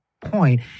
point